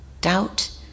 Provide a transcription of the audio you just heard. doubt